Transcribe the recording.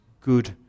good